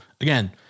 again